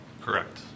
Correct